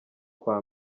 kwa